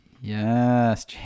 Yes